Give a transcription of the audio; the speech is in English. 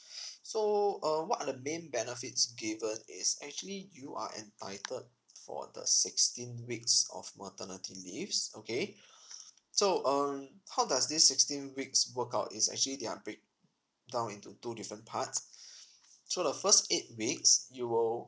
so uh what are the main benefits given is actually you are entitled for the sixteen weeks of maternity leaves okay so um how does this sixteen weeks work out is actually they are breakdown into two different parts so the first eight weeks you will